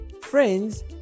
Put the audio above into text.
friends